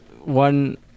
one